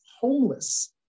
homeless